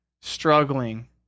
struggling